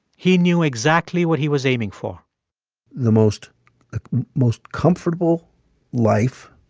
he knew exactly what he was aiming for the most ah most comfortable life,